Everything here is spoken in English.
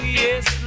yes